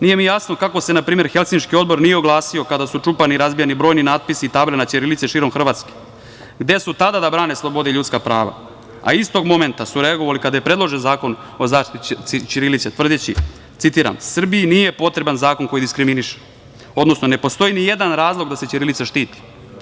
Nije mi jasno kako se npr. Helsinški odbor nije oglasio kada su čupani i razbijani brojni natpisi i table na ćirilici širom Hrvatske, gde su tada da brane slobode i ljudska prava, a istog momenta su reagovali kada je predložen zakon o zaštiti ćirilice, tvrdeći, citiram – Srbiji nije potreban zakon koji diskriminiše, odnosno ne postoji nijedan razlog da se ćirilica štiti.